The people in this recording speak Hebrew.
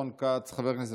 רון כץ,